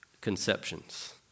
conceptions